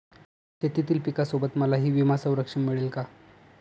शेतीतील पिकासोबत मलाही विमा संरक्षण मिळेल का?